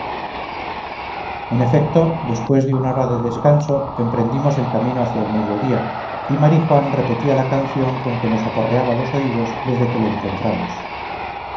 en efecto después de una hora de descanso emprendimos el camino hacia el mediodía y marijuán repetía la canción con que nos aporreaba los oídos desde que le encontramos